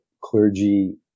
clergy